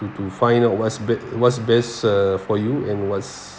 to to find out what's bad what's best uh for you and was